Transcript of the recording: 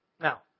Now